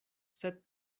sed